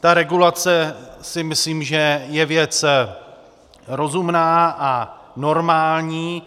Ta regulace si myslím, že je věc rozumná a normální.